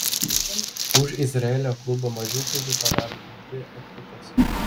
už izraelio klubą mažiau klaidų padaro tik dvi ekipos